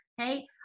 Okay